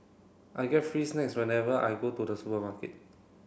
I get free snacks whenever I go to the supermarket